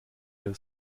der